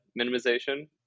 minimization